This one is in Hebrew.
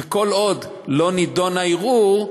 וכל עוד לא נדון הערעור,